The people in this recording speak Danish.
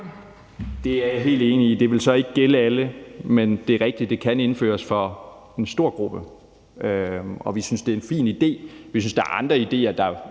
Det er jeg helt enig i. Det vil så ikke gælde alle. Men det er rigtigt, at det kan indføres for en stor gruppe, og vi synes, det er en fin idé. Vi synes, der er andre idéer, der